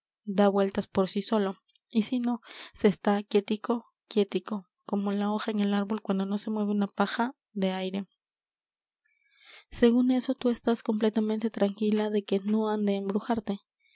da vueltas por sí solo y si no se está quietico quietico como la hoja en el árbol cuando no se mueve una paja de aire según eso tú estás completamente tranquila de que no han de embrujarte